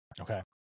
Okay